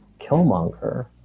Killmonger